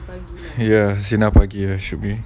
ya sinar pagi ah should be